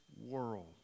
world